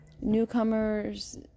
Newcomers